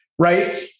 Right